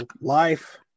life